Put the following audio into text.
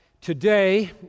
today